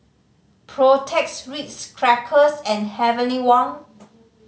Protex Ritz Crackers and Heavenly Wang